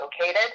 located